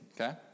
okay